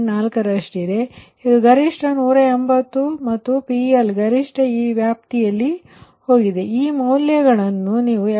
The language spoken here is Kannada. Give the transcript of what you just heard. ಆದ್ದರಿಂದ ಇದು ಗರಿಷ್ಠ 180 ಮತ್ತು PL ಗರಿಷ್ಠ ಈ ವ್ಯಾಪ್ತಿಯಲ್ಲಿ ಹೋಗಿದೆ ಈ ಮೌಲ್ಯಗಳನ್ನು ನೀವು46